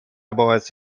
باعث